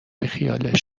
بیخیالش